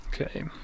okay